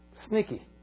Sneaky